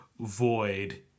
void